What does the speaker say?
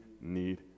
need